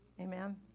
Amen